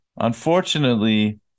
Unfortunately